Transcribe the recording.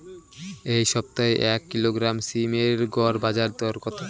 এই সপ্তাহে এক কিলোগ্রাম সীম এর গড় বাজার দর কত?